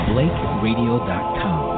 BlakeRadio.com